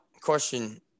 question